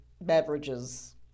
beverages